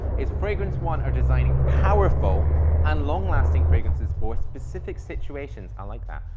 is fragrance one are designing powerful and long lasting fragrances for specific situations, i like that,